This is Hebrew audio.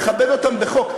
לכבד אתכם בחוק.